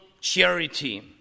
charity